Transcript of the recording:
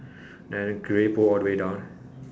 then grey pole all the way down